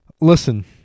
listen